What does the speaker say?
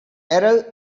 errol